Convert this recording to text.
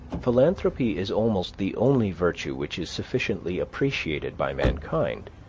philanthropy is almost the only virtue which is sufficiently appreciated by mankind.